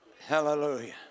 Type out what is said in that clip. Hallelujah